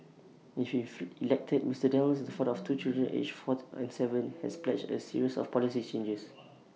if elected Mr Daniels the father of two children aged four and Seven has pledged A series of policy changes